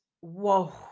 whoa